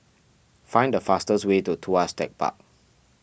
find the fastest way to Tuas Tech Park